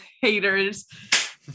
haters